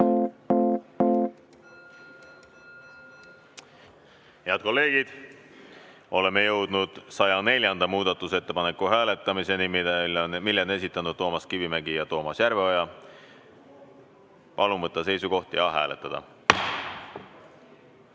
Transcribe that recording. Head kolleegid, oleme jõudnud 104. muudatusettepaneku hääletamiseni. Selle ettepaneku on esitanud Toomas Kivimägi ja Toomas Järveoja. Palun võtta seisukoht ja hääletada!